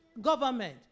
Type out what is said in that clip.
government